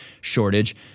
shortage